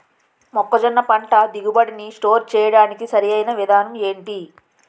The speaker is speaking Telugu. మొక్కజొన్న పంట దిగుబడి నీ స్టోర్ చేయడానికి సరియైన విధానం ఎంటి?